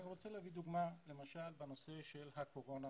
אני רוצה להביא דוגמה בנושא של הקורונה,